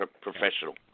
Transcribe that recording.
professional